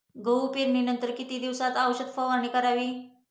गहू पेरणीनंतर किती दिवसात औषध फवारणी करावी?